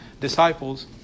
disciples